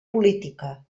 política